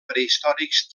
prehistòrics